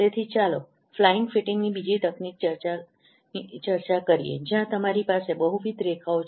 તેથી ચાલો ઉડતી ફિટિંગની બીજી તકનીકી ચર્ચા કરીએ જ્યાં તમારી પાસે બહુવિધ રેખાઓ છે